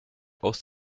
aus